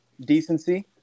decency